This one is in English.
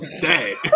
dead